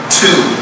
two